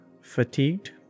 fatigued